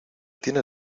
tiene